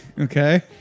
Okay